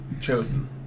chosen